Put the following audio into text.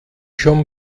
schon